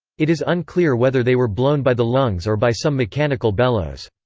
it is unclear whether they were blown by the lungs or by some mechanical bellows.